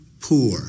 poor